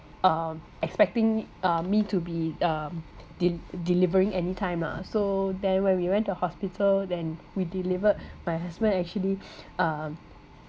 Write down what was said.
um expecting uh me to be um de~ delivering anytime lah so then when we went to hospital then we delivered my husband actually um